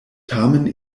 tamen